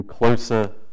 Closer